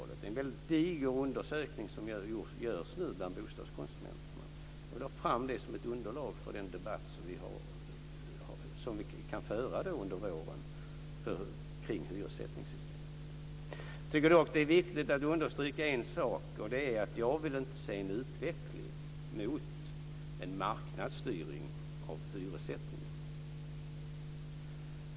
Det är en väldigt diger undersökning som nu görs bland bostadskonsumenterna, och jag vill ha fram detta som ett underlag för den debatt som vi ska föra under våren kring hyressättningssystemet. Jag tycker dock att det är viktigt att understryka en sak: Jag vill inte se en utveckling mot en marknadsstyrning av hyressättningen.